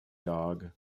dog